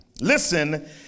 Listen